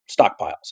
stockpiles